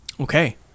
Okay